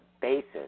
basis